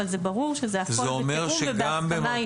אבל זה ברור שזה הכול בתיאום ובהסכמה איתו.